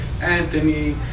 Anthony